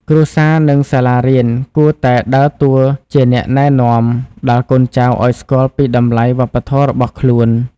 គ្រួសារនិងសាលារៀនគួរតែដើរតួជាអ្នកណែនាំដល់កូនចៅឲ្យស្គាល់ពីតម្លៃវប្បធម៌របស់ខ្លួន។